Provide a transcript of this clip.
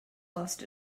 lost